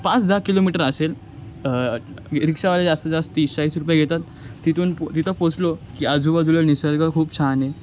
पाच दहा किलोमीटर असेल रिक्षावाले जास्तीत जास्त तीस चाळीस रुपये घेतात तिथून पु तिथं पोचलो की आजूबाजूला निसर्ग खूप छान आहे